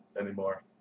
anymore